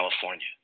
California